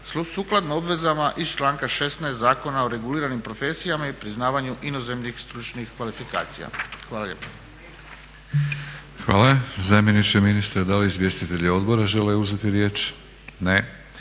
sukladno obvezama iz članka 16. Zakona o reguliranim profesijama i priznavanju inozemnih stručnih kvalifikacija. Hvala lijepa. **Batinić, Milorad (HNS)** Hvala zamjeniče ministra. Da li izvjestitelji odbora žele uzeti riječ? Ne.